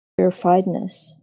purifiedness